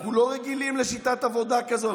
אנחנו לא רגילים לשיטת עבודה כזאת,